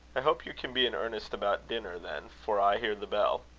i hope you can be in earnest about dinner, then, for i hear the bell.